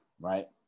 right